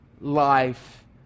life